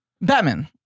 Batman